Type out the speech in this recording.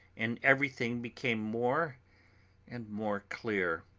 and everything became more and more clear.